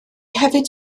hefyd